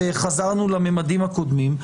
וחזרנו לממדים הקודמים.